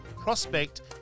Prospect